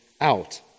out